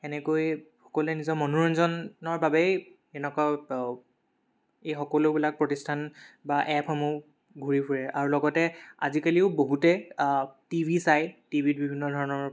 এনেকৈ সকলোৱে নিজৰ মনোৰঞ্জনৰ বাবেই এনেকুৱা এই সকলোবিলাক প্ৰতিষ্ঠান বা এপসমূহ ঘূৰি ফুৰে আৰু লগতে আজিকালিও বহুতে টি ভি চায় টিভিত বিভিন্ন ধৰণৰ